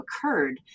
occurred